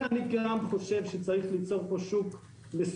בנוסף אני גם חושב שצריך לבנות פה שוק מסודר,